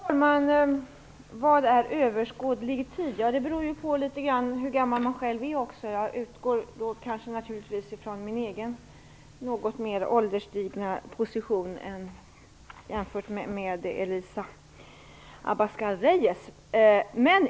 Fru talman! Vad är överskådlig tid? Det beror litet hur gammal man själv är. Jag utgår naturligtvis från min egen något mer ålderstigna position jämfört med Elisa Abascal Reyes.